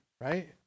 right